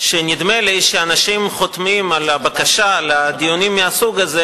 שנדמה לי שאנשים חותמים על הבקשה לדיונים מהסוג הזה